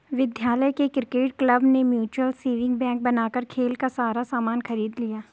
विद्यालय के cricket club ने म्यूचल सेविंग बैंक बनाकर खेल का सारा सामान खरीद लिया